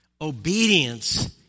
Obedience